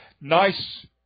Nice